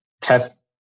test